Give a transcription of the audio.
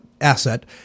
asset